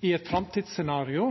i eit framtidsscenario,